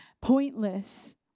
pointless